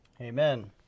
Amen